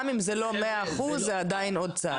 גם אם זה לא מאה אחוז, זה עדיין עוד צעד.